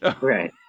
right